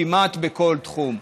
כמעט בכל תחום.